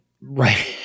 Right